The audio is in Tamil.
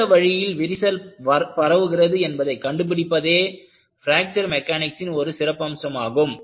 எந்த வழியில் விரிசல் பரவுகிறது என்பதை கண்டுபிடிப்பதே பிராக்ச்சர் மெக்கானிக்ஸின் ஒரு சிறப்பம்சமாகும்